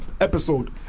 episode